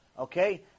Okay